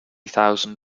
thousand